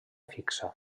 fixa